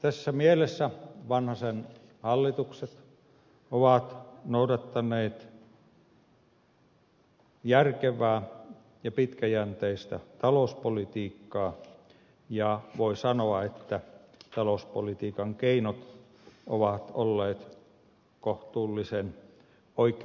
tässä mielessä vanhasen hallitukset ovat noudattaneet järkevää ja pitkäjänteistä talouspolitiikkaa ja voi sanoa että talouspolitiikan keinot ovat olleet kohtuullisen oikea aikaisia